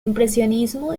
impresionismo